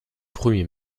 premier